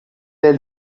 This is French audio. est